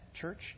Church